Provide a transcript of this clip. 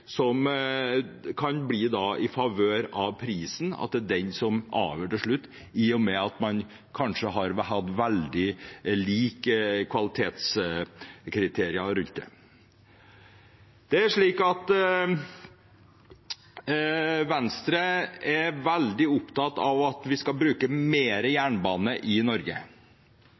sluttregnestykket kan bli i favør av pris, at det er den som avgjør til slutt, i og med at man kanskje har hatt veldig like kvalitetskriterier for dette. Venstre er veldig opptatt av at vi skal bruke jernbanen mer i Norge.